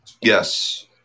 Yes